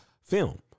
film